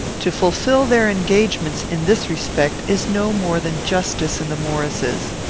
to fulfil their engagements, in this respect, is no more than justice in the maurices.